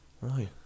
Right